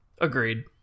Agreed